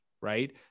right